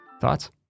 Thoughts